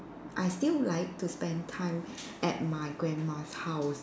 I still like to spend time at my grandma's house